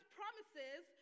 promises